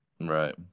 Right